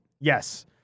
Yes